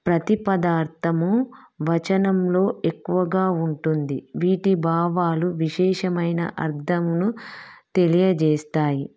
ప్రతిపధార్దము వచనంలో ఎక్కువగా ఉంటుంది వీటి భావాలు విశేషమైన అర్ధమును తెలియజేస్తాయి